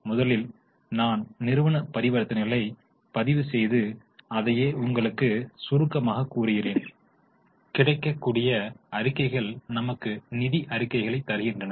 முதலில் நான் நிறுவன பரிவர்த்தனைகளை பதிவு செய்து அதையே உங்களுக்கு சுருக்கமாகக் கூறுகிறேன் கிடைக்கக்கூடிய அறிக்கைகள் நமக்கு நிதி அறிக்கைகளை தருகின்றன